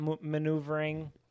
maneuvering